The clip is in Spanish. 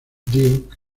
duke